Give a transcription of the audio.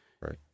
Right